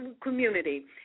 community